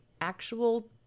actual